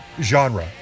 genre